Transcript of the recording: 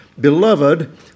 Beloved